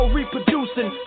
reproducing